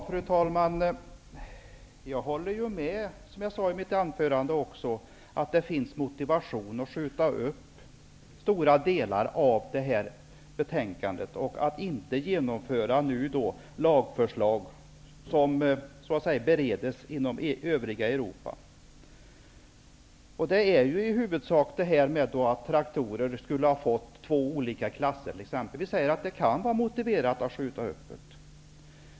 Fru talman! Som jag sade i mitt anförande, håller jag med om att det finns motiv för att skjuta upp stora delar av det här betänkandet och att inte nu genomföra lagförslag som bereds inom övriga Europa. Det gäller i huvudsak detta att traktorer skulle delas in i två olika klasser. Det kan vara motiverat att skjuta upp det.